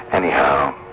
Anyhow